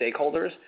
stakeholders